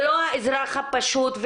ולא האזרח הפשוט,